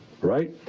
right